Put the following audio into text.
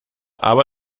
aber